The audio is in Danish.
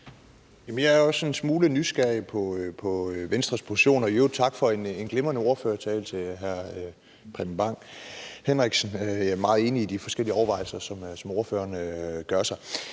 Jeg er også sådan en smule nysgerrig på Venstres position. Og i øvrigt tak for en glimrende ordførertale til hr. Preben Bang Henriksen; jeg er meget enig i de forskellige overvejelser, som ordføreren gør sig.